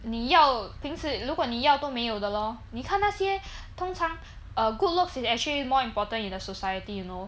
你要平时如果你要都没有的咯你看那些通常 err good looks is actually more important in a society you know